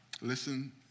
Listen